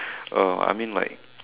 oh I mean like